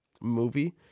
movie